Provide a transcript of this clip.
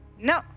No